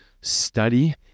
study